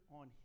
on